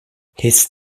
his